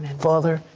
father,